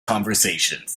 conversations